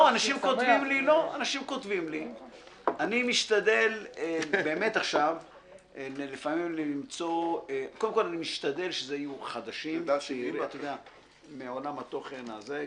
אנשים כותבים לי ואני משתדל שאלו יהיו שירים חדשים מעולם התוכן הזה,